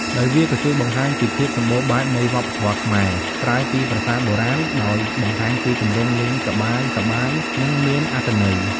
ដោយវាក៏ជួយបង្ហាញពីភាពសម្បូរបែបនៃវប្បធម៌ខ្មែរ ក្រៅពីប្រាសាទបុរាណ ដោយបង្ហាញពីទម្រង់លេងសប្បាយៗ និងមានអត្ថន័យ។